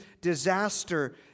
disaster